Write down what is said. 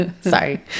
Sorry